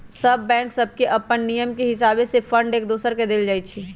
सभ बैंक सभके अप्पन नियम के हिसावे से फंड एक दोसर के देल जाइ छइ